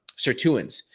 sirtuins.